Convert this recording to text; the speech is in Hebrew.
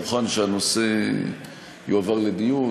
אני מוכן שהנושא יועבר לדיון,